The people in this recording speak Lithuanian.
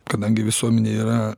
kadangi visuomenė yra